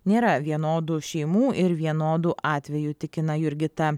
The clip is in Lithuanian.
nėra vienodų šeimų ir vienodų atvejų tikina jurgita